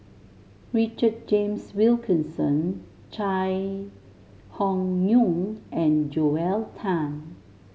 Richard James Wilkinson Chai Hon Yoong and Joel Tan